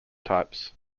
types